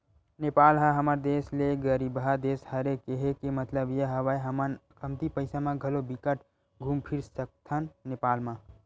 नेपाल ह हमर देस ले गरीबहा देस हरे, केहे के मललब ये हवय हमन कमती पइसा म घलो बिकट घुम फिर सकथन नेपाल म